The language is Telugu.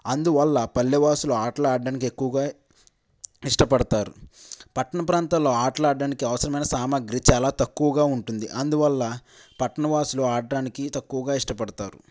అందువల్ల పల్లెవాసులు ఆటలు ఆడడానికి ఎక్కువగా ఇష్టపడతారు పట్టణ ప్రాంతాల్లో ఆటలు ఆడడానికి అవసరమైన సామాగ్రి చాలా తక్కువగా ఉంటుంది అందువల్ల పట్టణవాసులు ఆడటానికి తక్కువగా ఇష్టపడతారు